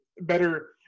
better